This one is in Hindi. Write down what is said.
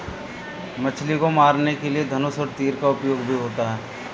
मछली को मारने के लिए धनुष और तीर का उपयोग भी होता है